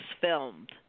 filmed